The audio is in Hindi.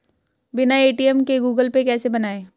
बिना ए.टी.एम के गूगल पे कैसे बनायें?